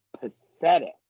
pathetic